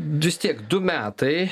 vis tiek du metai